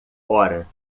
hora